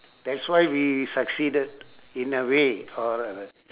that's why we succeeded in a way or rather